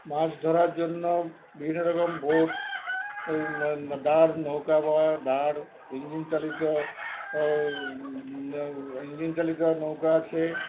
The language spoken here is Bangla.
মাছ ধরার জন্য বিভিন্ন রকম বোট দাঁড় নৌকা বা দাঁড় ইঞ্জিন চালিত ও ইঞ্জিন চালিত নৌকা আছে